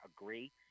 agree